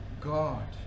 god